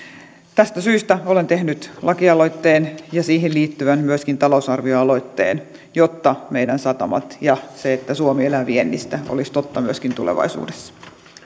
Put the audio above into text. tästä syystä olen tehnyt lakialoitteen ja myöskin siihen liittyvän talousarvioaloitteen jotta meidän satamamme ja se että suomi elää viennistä olisi totta myöskin tulevaisuudessa